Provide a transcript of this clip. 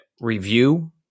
review